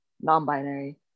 non-binary